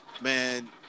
man